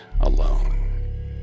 alone